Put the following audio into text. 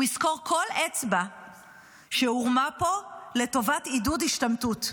הוא יזכור כל אצבע שהורמה פה לטובת עידוד השתמטות.